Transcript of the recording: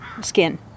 skin